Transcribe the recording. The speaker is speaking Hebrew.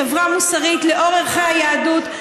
חברה מוסרית לאור ערכי היהדות,